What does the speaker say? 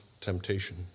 temptation